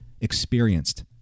experienced